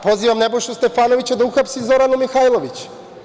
Pozivam Nebojšu Stefanovića da uhapsi Zoranu Mihajlović.